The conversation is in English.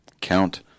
Count